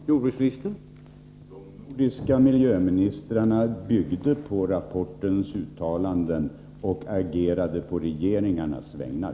Herr talman! De nordiska miljöministrarna byggde på rapportens uttalanden och agerade på regeringarnas vägnar.